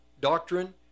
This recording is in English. doctrine